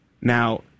Now